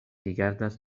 rigardas